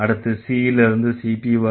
அடுத்து C ல இருந்து CP வரும்